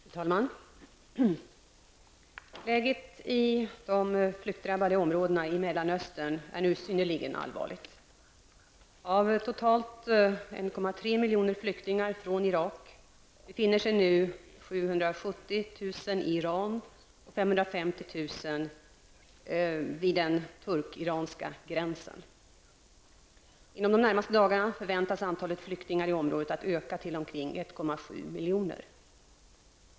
Fru talman! Läget i de flyktingdrabbade områdena i Mellanöstern är nu synnerligen allvarligt. Av totalt över 1,3 miljoner flyktingar från Irak befinner sig nu 770 000 i Iran och 550 000 vid den turk-irakiska gränsen. Inom de närmaste dagarna förväntas antalet flyktingar i området att öka till omkring 1,7 miljoner.